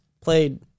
played